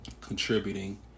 contributing